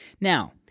Now